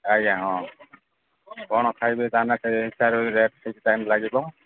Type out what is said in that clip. ଆଜ୍ଞା ହଁ କ'ଣ ଖାଇବେ ତାନେ ସେ ହିସାବ ରେଟ୍ ଠିକ୍ ଟାଇମ୍ ଲାଗିବ